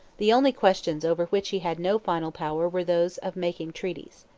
the only questions over which he had no final power were those of making treaties.